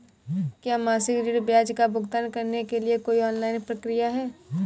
क्या मासिक ऋण ब्याज का भुगतान करने के लिए कोई ऑनलाइन प्रक्रिया है?